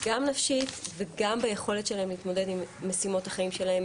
גם נפשית וגם ביכולת שלהם להתמודד עם משימות החיים שלהם.